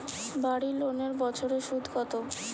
বাড়ি লোনের বছরে সুদ কত?